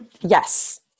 Yes